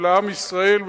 ולעם ישראל,